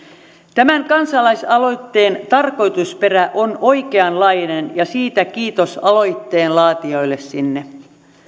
tämän kansalaisaloitteen tarkoitusperä on oikeanlainen ja siitä kiitos sinne aloitteen laatijoille